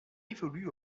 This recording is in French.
évolue